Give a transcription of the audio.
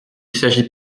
s’agit